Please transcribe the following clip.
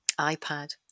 iPad